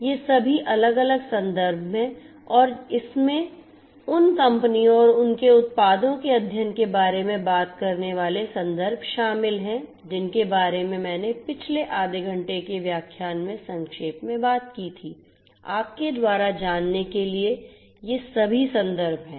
ये सभी अलग अलग संदर्भ हैं और इनमें उन कंपनियों और उनके उत्पादों के अध्ययन के बारे में बात करने वाले संदर्भ शामिल हैं जिनके बारे में मैंने पिछले आधे घंटे के व्याख्यान में संक्षेप में बात की थी आपके द्वारा जानने के लिए ये सभी संदर्भ हैं